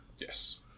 Yes